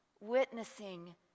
witnessing